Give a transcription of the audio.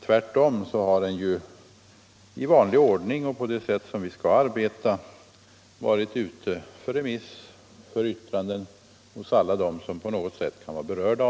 Tvärtom har den i vanlig ordning och enligt det sätt vi skall arbeta på remissbehandlats och varit ute för yttrande hos alla dem som på något vis kan vara berörda.